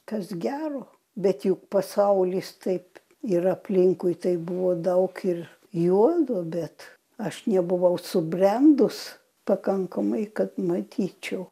kas gero bet juk pasaulis taip ir aplinkui tai buvo daug ir juodo bet aš nebuvau subrendus pakankamai kad matyčiau